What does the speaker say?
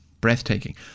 breathtaking